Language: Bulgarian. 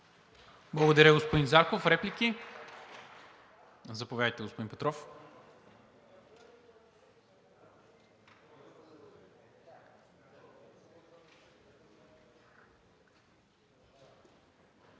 Благодаря, господин Зарков. Реплики? Заповядайте, господин Петров.